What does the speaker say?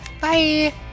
Bye